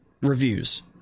reviews